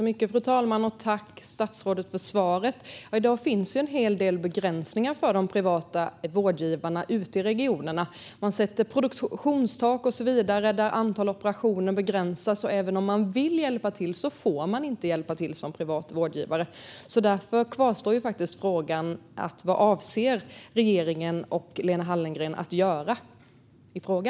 Fru talman! Tack, statsrådet, för svaret! I dag finns ju en hel del begränsningar för de privata vårdgivarna ute i regionerna. Man sätter produktionstak och så vidare där antalet operationer begränsas. Även om man vill hjälpa till får man inte göra det som privat vårdgivare. Därför kvarstår frågan: Vad avser regeringen och Lena Hallengren att göra i denna fråga?